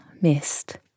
missed